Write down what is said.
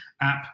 app